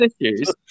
issues